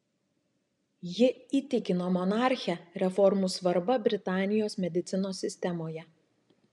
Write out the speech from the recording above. ji įtikino monarchę reformų svarba britanijos medicinos sistemoje